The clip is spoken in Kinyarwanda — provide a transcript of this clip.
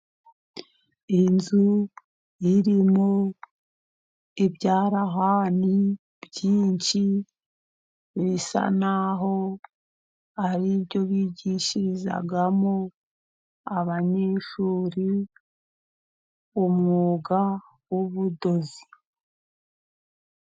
Inzu irimo ibyarahani byinshi, bisa n'aho ari byo bigishirizamo abanyeshuri, umwuga w'ubudozi.